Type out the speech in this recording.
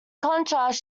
contrast